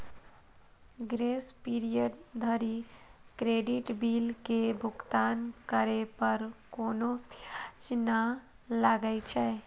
grace period धरि credit bill के भुगतान करै पर कोनो ब्याज नै लागै छै